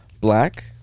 black